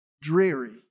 dreary